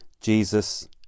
Jesus